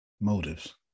Motives